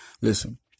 Listen